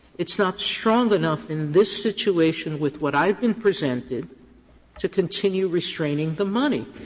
it's not strong enough in this situation with what i've been presented to continue restraining the money.